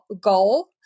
goal